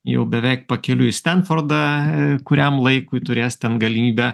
jau beveik pakeliui į stenfordą kuriam laikui turės ten galimybę